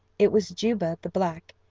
it was juba, the black,